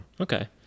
Okay